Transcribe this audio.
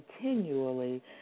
continually